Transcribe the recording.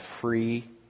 free